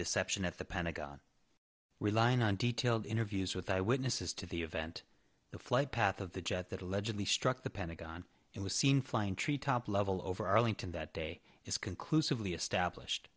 deception at the pentagon relying on detailed interviews with eyewitnesses to the event the flight path of the jet that allegedly struck the pentagon and was seen flying tree top level over arlington that day is conclusively established